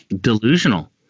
delusional